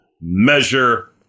measure